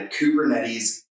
Kubernetes